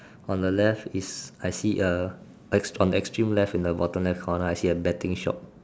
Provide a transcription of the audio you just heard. on the left is I see a on the extreme left in the bottom left corner I see a betting shop